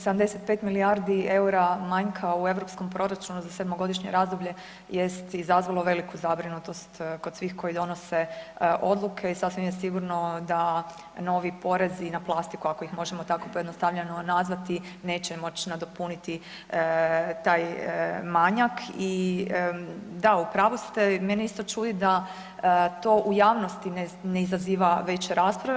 75 milijardi eura manjka u europskom proračunu za sedmogodišnje razdoblje jest izazvalo veliku zabrinutost kod svih koji donose odluke i sasvim je sigurno da novi porezi na plastiku, ako ih možemo tako pojednostavljeno nazvati, neće moći nadopuniti taj manjak i da, u pravu ste, mene isto čudi da to u javnosti ne izaziva veće rasprave.